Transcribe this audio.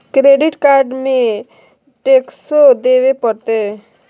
Credit card में टेक्सो देवे परते?